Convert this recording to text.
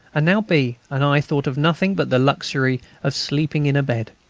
and now b. and i thought of nothing but the luxury of sleeping in a bed.